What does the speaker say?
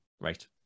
Right